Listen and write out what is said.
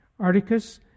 Articus